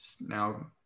Now